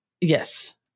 Yes